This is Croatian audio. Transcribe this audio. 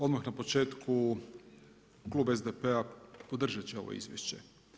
Odmah na početku klub SDP-a podržat će ovo izvješće.